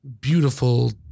beautiful